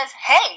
hey